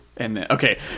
Okay